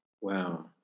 Wow